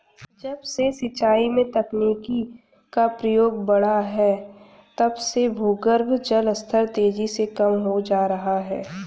जब से सिंचाई में तकनीकी का प्रयोग बड़ा है तब से भूगर्भ जल स्तर तेजी से कम होता जा रहा है